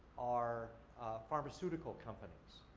are pharmaceutical companies,